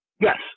Yes